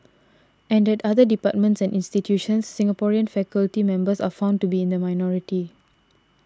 and at other departments and institutions Singaporean faculty members are found to be in the minority